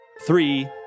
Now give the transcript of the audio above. Three